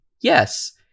Yes